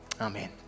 Amen